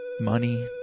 money